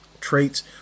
traits